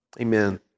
Amen